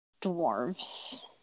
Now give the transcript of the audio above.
dwarves